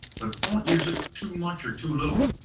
but don't use it too much or too little.